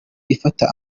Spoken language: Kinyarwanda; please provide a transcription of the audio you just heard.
ifata